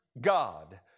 God